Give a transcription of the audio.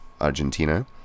Argentina